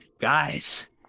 guys